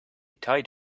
tied